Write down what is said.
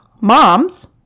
moms